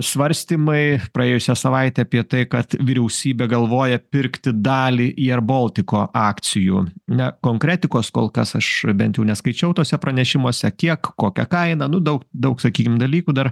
svarstymai praėjusią savaitę apie tai kad vyriausybė galvoja pirkti dalį į eir boltiko akcijų na konkretikos kol kas aš bent jau neskaičiau tuose pranešimuose kiek kokią kainą nu dau daug sakykim dalykų dar